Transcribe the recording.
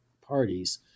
parties